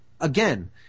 Again